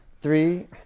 three